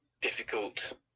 difficult